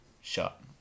shot